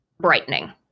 brightening